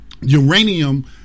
uranium